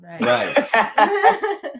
right